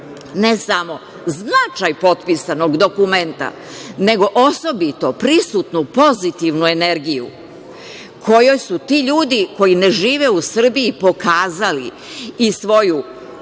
Ne samo značaj potpisanog dokumenta, nego osobito prisutnu pozitivnu energiju kojoj su ti ljudi koji ne žive u Srbiji pokazali i svoje